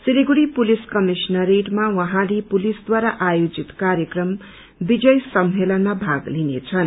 Siliguri police कमिश्नरेटमा उहाँले पुलिसद्वारा आयोजित कार्यक्रम विजय सम्मेलनमा भाग लिनेछन्